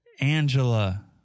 Angela